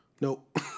nope